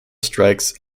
strikes